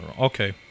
Okay